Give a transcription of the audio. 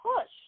push